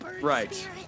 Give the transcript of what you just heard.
Right